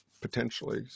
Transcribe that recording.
potentially